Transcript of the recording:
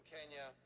Kenya